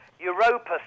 Europa